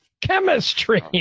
chemistry